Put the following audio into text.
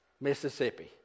Mississippi